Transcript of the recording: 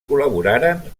col·laboraren